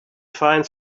find